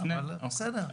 בסדר.